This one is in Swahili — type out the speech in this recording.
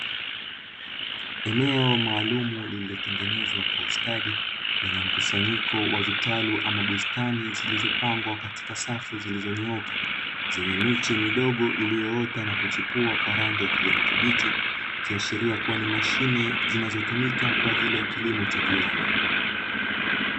Eneo maalumu lililotengenezwa kwa ustadi, lenye mkusanyiko wa vitalu ama bustani zilizopangwa katika safu zilizonyooka, zenye miche midogo iliyoota na kuchipua kwa rangi ya kijani kibichi, ikiashiria kuwa ni mashine zinazotumika kwa ajili ya kilimo cha viwanda.